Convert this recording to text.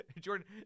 Jordan